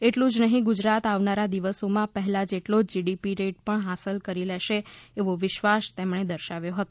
એટલું જ નહિ ગુજરાત આવનારા દિવસોમાં પહેલા જેટલો જ જી ડી પી રેટ પણ હાસલ કરી લેશે એવો વિશ્વાસ તેમણે દર્શાવ્યો હતો